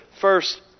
first